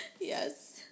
Yes